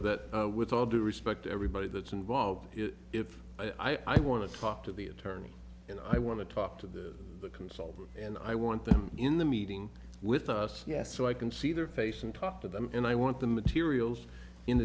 that with all due respect everybody that's involved here if i want to talk to the attorney and i want to talk to the consultant and i want them in the meeting with us yes so i can see their face and talk to them and i want the materials in